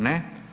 Ne.